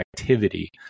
activity